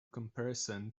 comparison